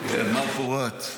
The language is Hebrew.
אריאל פורת.